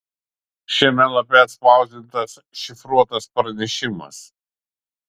šiame lape atspausdintas šifruotas pranešimas